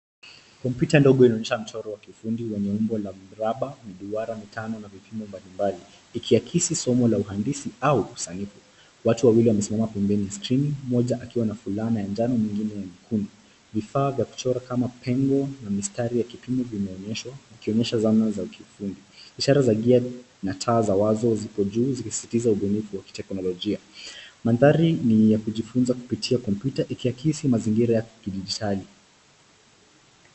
Kompyuta ndogo inaonyesha mchoro wa kiufundi wenye umbo la miraba na duara mitano na vipimo mbalimbali, ikiakisi somo la uhandisi au usanifu. Watu wawili wamesimama pembeni chini mmoja akiwa na fulana ya njano mwingine nyekundu. Vifaa vya kuchora kama pengo na mistari ya kipimo vinaonyeshwa, ikionyesha zana za kiufundi. Ishara za gia na taa za wazo zipo juu, ikisisitiza ubunifu wa kiteknolojia. Mandhari ni ya kujifunza kupitia kompyuta ikiakisi mazingira ya kidijitali.